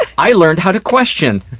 i learned how to question.